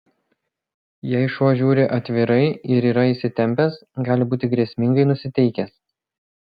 jei šuo žiūri atvirai ir yra įsitempęs gali būti grėsmingai nusiteikęs